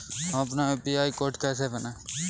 हम अपना UPI code कैसे बनाएँ?